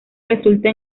resulta